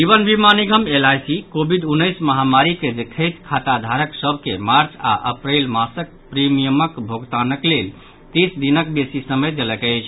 जीवन Bima Nigam LIC covid उन्नैस महामारी के देखैत खाताधारक सभ के मार्च आओर अप्रैल मासक प्रीमियमक भोगतानक लेल तीस दिनक बेसी समय देलक अछि